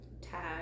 Tag